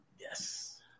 Yes